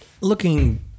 Looking